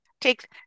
take